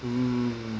mm